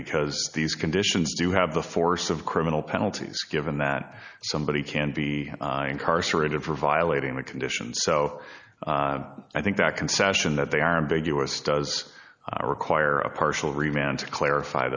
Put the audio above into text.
because these conditions do have the force of criminal penalties given that somebody can be incarcerated for violating the conditions so i think that concession that they are big u s does require a partial remained to clarify